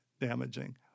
damaging